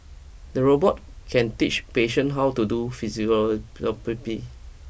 the robot can teach patient how to do physiotherapy